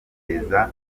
kugeza